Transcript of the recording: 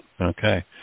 Okay